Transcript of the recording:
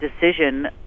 decision